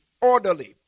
orderly